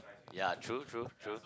ya true true true